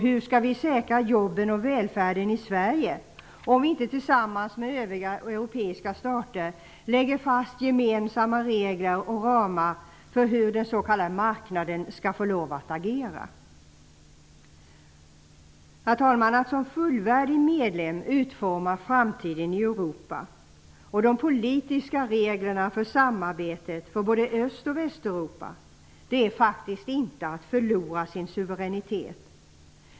Hur skall vi säkra jobben och välfärden i Sverige, om vi inte tillsammans med övriga europeiska stater lägger fast gemensamma regler och ramar för hur den s.k. marknaden skall få agera? Herr talman! Att som fullvärdig medlem utforma framtiden i Europa och de politiska reglerna för samarbetet för både Öst och Västeuropa är faktiskt inte att förlora sin suveränitet.